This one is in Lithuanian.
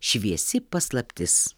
šviesi paslaptis